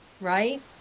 right